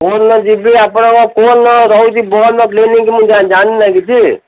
କେଉଁ ଦିନ ଯିବି ଆପଣଙ୍କ କେଉଁନ ରହୁଛି ବନ୍ଦ କ୍ଲିନିକ ମୁଁ ଜାଣିନିନା କିଛି